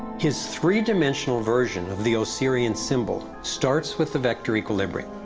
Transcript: his three-dimensional version of the osirian symbol starts with the vector equilibrium,